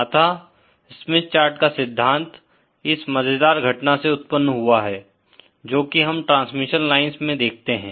अतः Smith chart का सिद्धांत इस मज़ेदार घटना से उत्पन्न हुआ है जो कि हम ट्रांसमिशन लाइन्स मैं देखते हैं